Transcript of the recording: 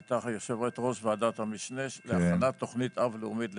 הייתה יושבת ראש ועדת המשנה להכנת תוכנית אב לאומית לזקנה.